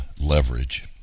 leverage